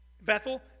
Bethel